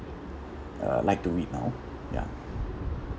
uh like to read now ya